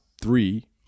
three